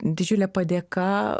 didžiule padėka